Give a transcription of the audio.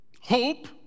hope